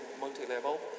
multi-level